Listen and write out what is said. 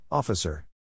Officer